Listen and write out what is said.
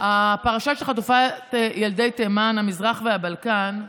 הפרשה של חטיפת ילדי תימן, המזרח והבלקן,